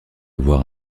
avoir